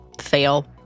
fail